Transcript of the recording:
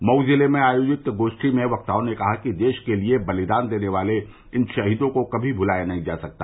मऊ जिले में आयोजित गोष्ठी में वक्ताओं ने कहा कि देश के लिए बलिदान देने वाले इन शहीदों को कभी भुलाया नहीं जा सकता